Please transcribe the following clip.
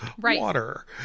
water